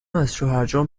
ازشوهرجان